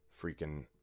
freaking